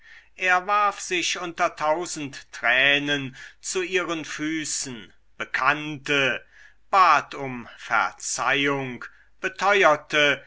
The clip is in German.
er warf sich unter tausend tränen zu ihren füßen bekannte bat um verzeihung beteuerte